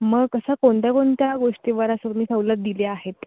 मग कशा कोणत्या कोणत्या गोष्टीवर तुम्ही सवलत दिली आहेत